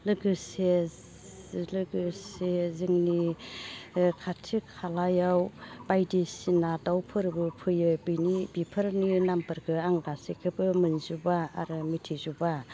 लोगोसे लोगोसे जोंनि खाथि खालायाव बायदिसिना दाउफोरबो फैयो बिफोरनि नामफोरखो आं गासैखोबो मोनजोबा आरो मिथिजोबा